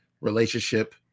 relationship